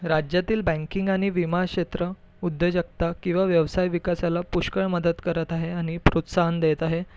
राज्यातील बँकिंग आणि विमा क्षेत्र उद्योजकता किंवा व्यवसाय विकासाला पुष्कळ मदत करत आहे आणि प्रोत्साहन देत आहे